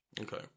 Okay